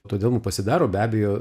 todėl mum pasidaro be abejo